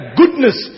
goodness